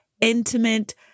intimate